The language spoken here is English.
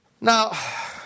Now